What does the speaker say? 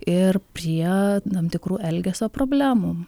ir prie tam tikrų elgesio problemų